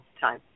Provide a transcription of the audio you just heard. time